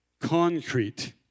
concrete